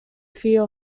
fear